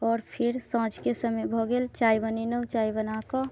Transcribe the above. आओर फेर साँझके समय भऽ गेल चाय बनेलहुँ चाय बनाकऽ